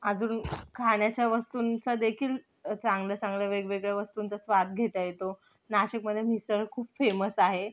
अजून खाण्याच्या वस्तूंचादेखील चांगल्या चांगल्या वेगवेगळ्या वस्तूंचा स्वाद घेता येतो नाशिकमधे मिसळ खूप फेमस आहे